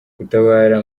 gutabara